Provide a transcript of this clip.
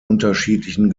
unterschiedlichen